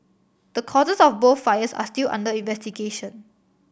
the causes of both fires are still under investigation